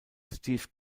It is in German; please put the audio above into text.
steve